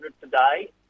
today